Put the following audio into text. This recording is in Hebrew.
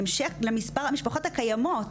למספר המשפחות הקיימות.